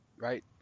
Right